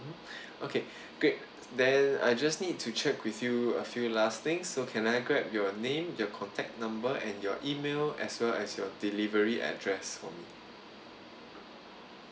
okay great then I just need to check with you a few last things so can I grab your name your contact number and your email as well as your delivery address for me